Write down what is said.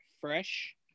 fresh